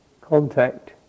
contact